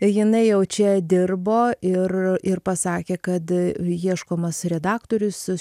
jinai jau čia dirbo ir ir pasakė kad ieškomas redaktorius